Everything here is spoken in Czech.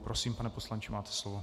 Prosím, pane poslanče, máte slovo.